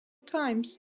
times